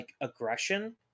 aggression